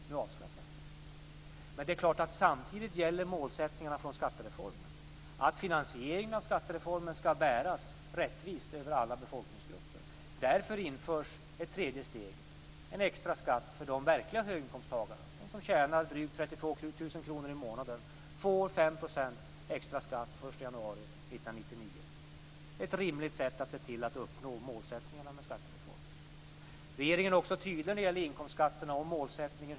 Nu avskaffas den. Samtidigt gäller förstås målsättningarna från skattereformen. Finansieringen av skattereformen skall bäras rättvist över alla befolkningsgrupper. Därför införs ett tredje steg - en extra skatt för de verkliga höginkomsttagarna. Det gäller dem som tjänar drygt 1 januari 1999. Det är ett rimligt sätt att se till att uppnå målsättningarna med skattereformen. Regeringen är också tydlig när det gäller inkomstskatterna och målsättningen.